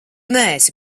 neesi